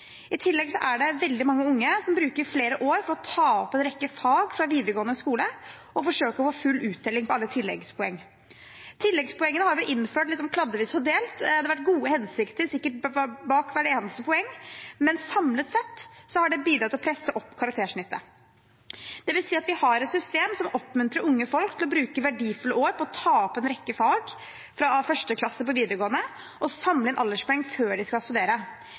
I tillegg er det veldig mange unge som bruker flere år på å ta opp en rekke fag fra videregående skole og forsøker å få full uttelling for alle tilleggspoengene. Tilleggspoengene har vi innført litt stykkevis og delt. Det har sikkert vært gode hensikter bak hvert eneste poeng, men samlet sett har det bidratt til å presse opp karaktersnittet. Det vil si at vi har et system som oppmuntrer unge folk til å bruke verdifulle år på å ta opp en rekke fag fra første klasse på videregående og samle alderspoeng før de skal studere.